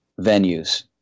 venues